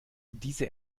diese